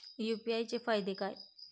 UPI चे फायदे काय?